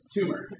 Tumor